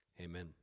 amen